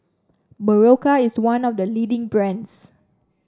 Berocca is one of the leading brands